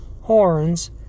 horns